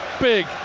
big